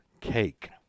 cake